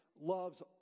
loves